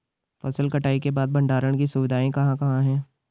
फसल कटाई के बाद भंडारण की सुविधाएं कहाँ कहाँ हैं?